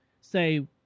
say